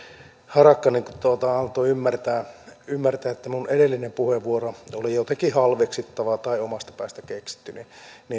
harakka antoi ymmärtää ymmärtää että minun edellinen puheenvuoroni oli jotenkin halveksiva tai omasta päästä keksitty